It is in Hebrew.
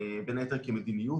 בין היתר כמדיניות,